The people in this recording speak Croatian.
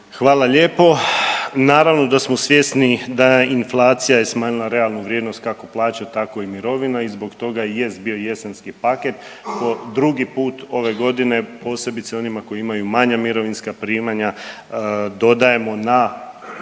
Hvala lijepo. Naravno da smo svjesni da inflacija je smanjila realnu vrijednost, kako plaća, tako i mirovina i zbog toga i jest bio jesenski paket po drugi put ove godine, posebice onima koji imaju manje mirovinska primanja, dodajemo na